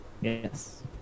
yes